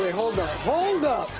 hold up, hold up,